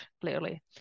clearly